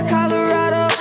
Colorado